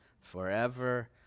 forever